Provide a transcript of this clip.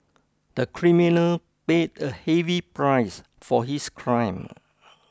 the criminal paid a heavy price for his crime